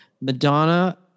Madonna